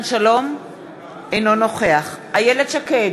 אינו נוכח אילת שקד,